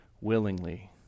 willingly